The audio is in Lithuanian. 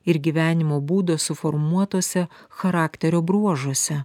ir gyvenimo būdo suformuotuose charakterio bruožuose